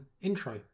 intro